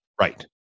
Right